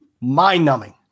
mind-numbing